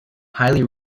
highly